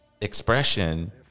expression